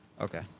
Okay